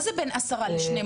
מה זה בין 10 ל-12?